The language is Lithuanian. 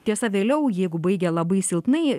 tiesa vėliau jeigu baigia labai silpnai